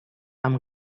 amb